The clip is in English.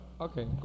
Okay